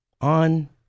on